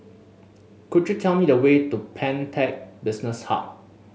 could you tell me the way to Pantech Business Hub